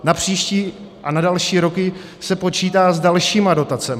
Na příští a na další roky se počítá s dalšími dotacemi.